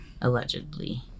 Allegedly